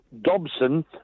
Dobson